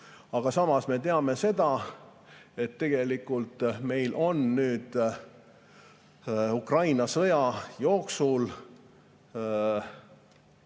samas me teame seda, et tegelikult meil on nüüd Ukraina sõja jooksul